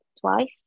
twice